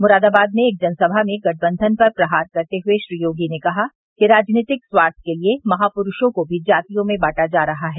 मुरादाबाद में एक जनसभा में गठबंधन पर प्रहार करते हुए श्री योगी ने कहा कि राजनीतिक स्वार्थ के लिये महापुरूषों को भी जातियों में बांटा जा रहा है